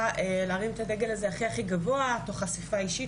להרים את הדגל הזה הכי הכי גבוה תוך חשיפה אישית.